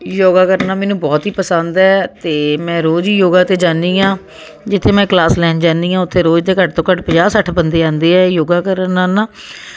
ਯੋਗਾ ਕਰਨਾ ਮੈਨੂੰ ਬਹੁਤ ਹੀ ਪਸੰਦ ਹੈ ਅਤੇ ਮੈਂ ਰੋਜ਼ ਹੀ ਯੋਗਾ 'ਤੇ ਜਾਨੀ ਹਾਂ ਜਿੱਥੇ ਮੈਂ ਕਲਾਸ ਲੈਣ ਜਾਨੀ ਹਾਂ ਉੱਥੇ ਰੋਜ਼ ਦੇ ਘੱਟ ਤੋਂ ਘੱਟ ਪੰਜਾਹ ਸੱਠ ਬੰਦੇ ਆਉਂਦੇ ਆ ਯੋਗਾ ਕਰਨ ਨਾਲ ਨਾ